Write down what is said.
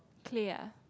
clay ah